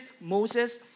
Moses